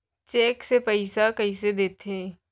Cheque से पइसा कइसे देथे?